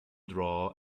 draw